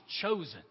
chosen